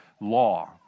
law